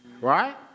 Right